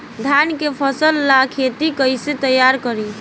धान के फ़सल ला खेती कइसे तैयार करी?